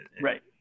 Right